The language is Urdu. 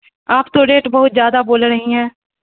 آپ تو ریٹ بہت زیادہ بول رہی ہیں